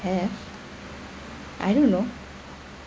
have I don't know